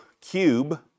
cube